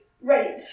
Right